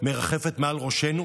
מרחפת מעל ראשנו,